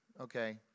okay